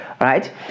right